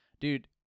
dude